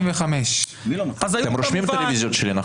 195. אתם רושמים את בקשות הרוויזיה שלי?